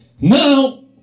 Now